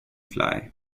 fly